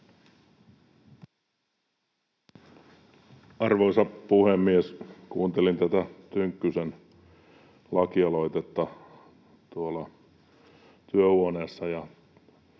Arvoisa puhemies! Kuuntelin tätä Tynkkysen lakialoitetta tuolla työhuoneessa,